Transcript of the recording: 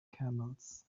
camels